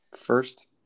First